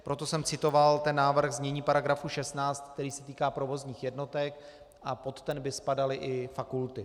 Proto jsem citoval ten návrh znění § 16, který se týká provozních jednotek, a pod ten by spadaly i fakulty.